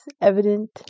Evident